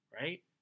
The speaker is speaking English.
Right